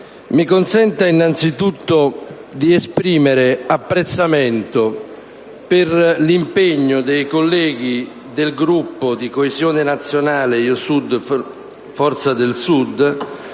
mi consenta innanzitutto di esprimere apprezzamento per l'impegno dei colleghi del Gruppo Coesione Nazionale-Io Sud-Forza del Sud